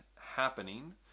happening